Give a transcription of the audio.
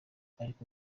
ariko